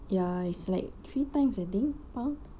ya is like three times I think pounds